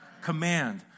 command